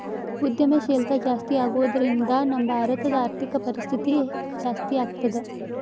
ಉದ್ಯಂಶೇಲ್ತಾ ಜಾಸ್ತಿಆಗೊದ್ರಿಂದಾ ನಮ್ಮ ಭಾರತದ್ ಆರ್ಥಿಕ ಪರಿಸ್ಥಿತಿ ಜಾಸ್ತೇಆಗ್ತದ